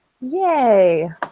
Yay